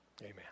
Amen